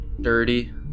Dirty